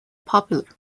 popular